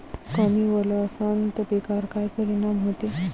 कमी ओल असनं त पिकावर काय परिनाम होते?